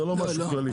זה לא משהו כללי.